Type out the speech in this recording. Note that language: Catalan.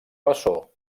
bessó